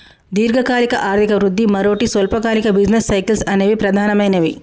దీర్ఘకాలిక ఆర్థిక వృద్ధి, మరోటి స్వల్పకాలిక బిజినెస్ సైకిల్స్ అనేవి ప్రధానమైనవి